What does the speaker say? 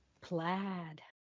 Plaid